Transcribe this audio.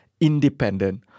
independent